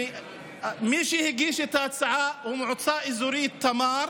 ומי שהגישה את ההצעה היא מועצה אזורית תמר.